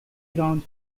ground